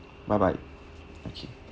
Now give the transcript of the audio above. bye bye okay